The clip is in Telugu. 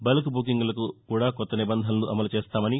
బల్క్ బుకింగ్లకు కూడా కొత్త నిబంధనలు అమలుచేస్తామని